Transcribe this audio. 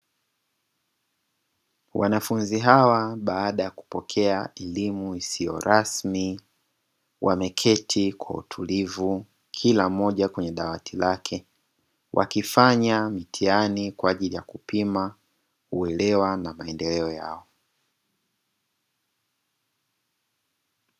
Wanafunzi hawa baada ya kupokea elimu isiyo rasmi, wameketi kwa utulivu kila mmoja kwenye dawati lake, wakifanya mtihani kwa ajili ya kupima uwelewa na maendeleo yao.